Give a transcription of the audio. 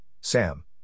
Sam